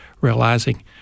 realizing